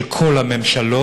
של כל הממשלות,